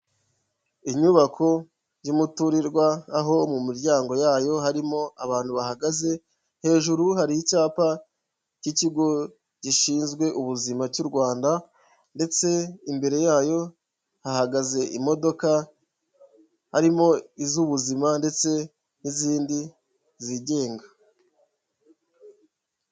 Inyubako y'umuturirwa aho mu miryango yayo harimo abantu bahagaze, hejuru hari icyapa cy'ikigo gishinzwe ubuzima cy'u Rwanda ndetse imbere yayo hahagaze imodoka harimo iz'ubuzima ndetse n'izindi zigenga.